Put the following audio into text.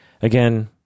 Again